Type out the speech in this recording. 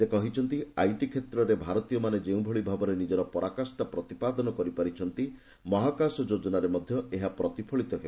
ସେ କହିଛନ୍ତିଆଇଟି ଷେତ୍ରରେ ଭାରତୀୟମାନେ ଯେଉଁଭଳିଭାବରେ ନିଜର ପରକାଷା ପ୍ରତିପାଦନ କରିପାରିଛନ୍ତି ମହାକାଶ ଯୋଜନାରେ ମଧ୍ୟ ଏହା ପ୍ରତିଫଳିତ ହେବ